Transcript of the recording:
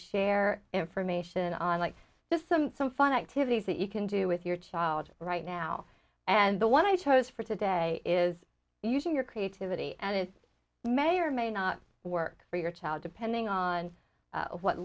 share information on like this some some fun activities that you can do with your child right now and the one i chose for today is using your creativity and it may or may not work for your child depending on what